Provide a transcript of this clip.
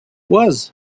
was